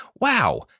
Wow